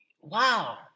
wow